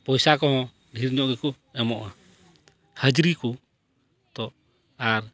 ᱯᱚᱭᱥᱟ ᱠᱚᱦᱚᱸ ᱰᱷᱮᱨ ᱧᱚᱜ ᱜᱮᱠᱚ ᱮᱢᱚᱜᱼᱟ ᱦᱟᱹᱡᱽᱨᱤ ᱠᱚ ᱛᱚ ᱟᱨ